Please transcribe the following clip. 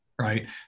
right